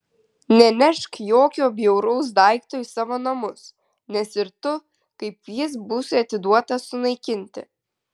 nenešk jokio bjauraus daikto į savo namus nes ir tu kaip jis būsi atiduotas sunaikinti